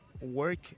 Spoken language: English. work